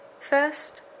First